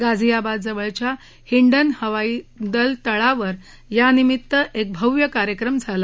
गाझीयाबाद जवळच्या हिंडन हवाईदल तळावर यानिमित्त एक भव्य कार्यक्रम झाला